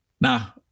Now